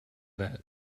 that